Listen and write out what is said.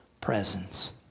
presence